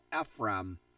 Ephraim